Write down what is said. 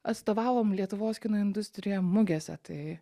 atstovavom lietuvos kino industriją mugėse tai